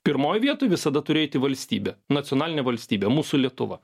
pirmoj vietoj visada turi eiti valstybė nacionalinė valstybė mūsų lietuva